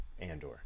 Andor